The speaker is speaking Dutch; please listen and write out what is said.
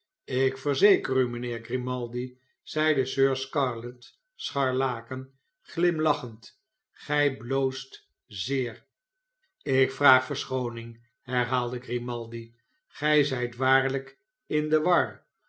ik verzeker u mijnheer grimaldi zeide sir scarlett scharlaken glimlachend gij bloost zeer lk vraag verschooning herhaalde grimaldi gij zijt waarlijk in de war